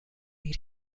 beat